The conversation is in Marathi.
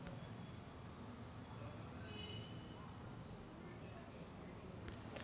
मले बँक खात्याची मायती डाऊनलोड करासाठी बँकेत जा लागन का?